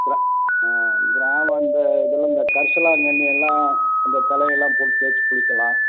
கிரா கிராமம் இந்த இதில் இந்த கரிசலாங்கண்ணியெல்லாம் அந்த தலையெல்லாம் போட்டுத் தேய்ச்சிக் குளிக்கலாம்